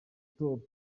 top